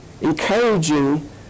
encouraging